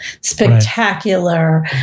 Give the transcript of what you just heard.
spectacular